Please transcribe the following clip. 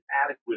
adequate